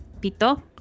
Pito